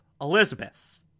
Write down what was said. Elizabeth